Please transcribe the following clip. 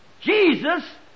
Jesus